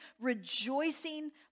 rejoicing